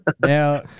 Now